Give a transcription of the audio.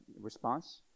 response